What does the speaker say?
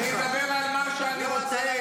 -- מהם תתבייש.